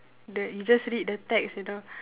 the you just read the text enough